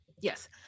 yes